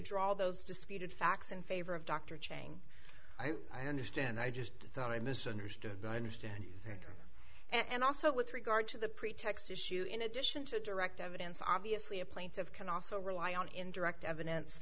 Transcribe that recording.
all those disputed facts in favor of dr cheney i understand i just thought i misunderstood i understand and also with regard to the pretext issue in addition to a direct evidence obviously a plaintive can also rely on indirect evidence